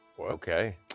Okay